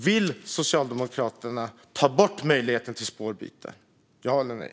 Vill Socialdemokraterna ta bort möjligheterna till spårbyte? Ja eller nej?